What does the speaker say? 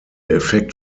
effekt